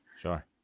sure